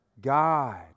God